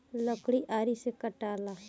लकड़ी आरी से कटाला